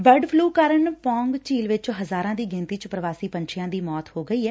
bird flu ਕਾਰਨ ਪੌਂਗ ਝੀਲ ਵਿਚ ਹਜ਼ਾਰਾਂ ਦੀ ਗਿਣਤੀ ਚ ਪ੍ਰਵਾਸੀ ਪੰਛੀਆਂ ਦੀ ਮੌਤ ਹੋ ਗਈ ਐ